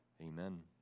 Amen